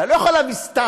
אתה לא יכול להביא סתם,